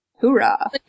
Hoorah